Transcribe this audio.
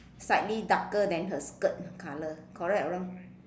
slightly darker than her skirt colour correct or wrong